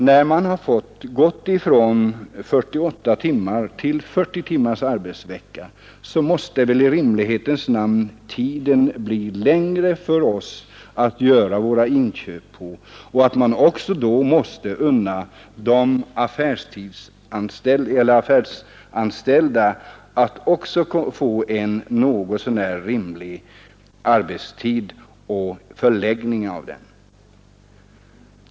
När vi har gått från 48 till 40 timmars arbetsvecka måste väl i rimlighetens namn tiden för oss att göra våra inköp på bli längre. Och då bör vi också unna de affärsanställda en något så när rimlig arbetstid och en rimlig förläggning av den.